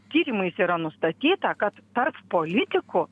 tyrimais yra nustatyta kad tarp politikų